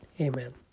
Amen